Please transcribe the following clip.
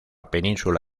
península